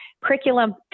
curriculum